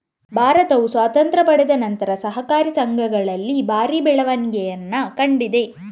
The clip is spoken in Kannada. ಭಾರತವು ಸ್ವಾತಂತ್ರ್ಯ ಪಡೆದ ನಂತರ ಸಹಕಾರಿ ಸಂಘಗಳಲ್ಲಿ ಭಾರಿ ಬೆಳವಣಿಗೆಯನ್ನ ಕಂಡಿದೆ